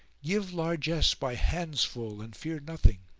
give largesse by handsful and fear nothing,